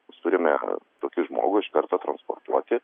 mes turime tokį žmogų iš karto transportuoti